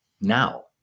now